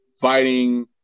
fighting